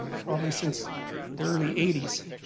um probably since the early eighties,